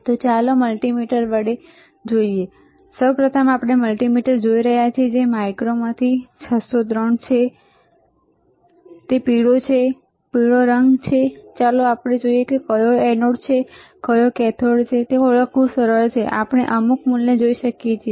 તો ચાલો ચાલો મલ્ટિમીટર વડે જોઈએ સૌપ્રથમ આપણે મલ્ટિમીટર જોઈ રહ્યા છીએ જે માઈકોમાંથી 603 છે તે પીળો છે પીળો રંગ છે અને ચાલો જોઈએ કે કયો એનોડ છે કયો કેથોડ છે તે ઓળખવું સરળ છે કે આપણે અમુક મૂલ્ય જોઈ શકીએ છીએ